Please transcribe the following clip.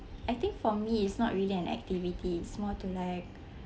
I think for me it's not really an activity it's more to like